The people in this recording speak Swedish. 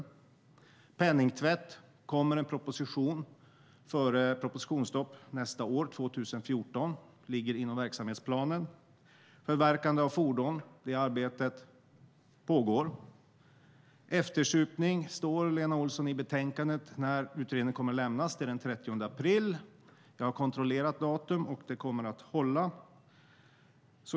När det gäller penningtvätt kommer en proposition före propositionsstopp nästa år, alltså 2014. Det ligger inom verksamhetsplanen. När det gäller förverkande av fordon pågår arbetet. Om eftersupning står det i betänkandet, Lena Olsson, när utredningen kommer att lämnas. Det är den 30 april. Jag har kontrollerat datumet, och det kommer att hållas.